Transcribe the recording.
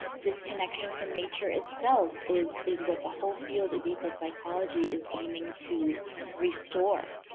disconnection from nature itself is is what the whole field of ecopsychology is aiming to restore.